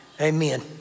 Amen